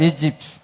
Egypt